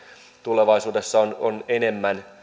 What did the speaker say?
tulevaisuudessa on on enemmän